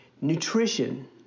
nutrition